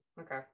Okay